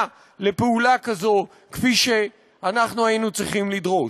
לפעולה כזאת כפי שאנחנו היינו צריכים לדרוש.